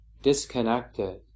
disconnected